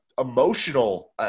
emotional